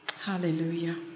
Hallelujah